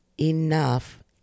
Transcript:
Enough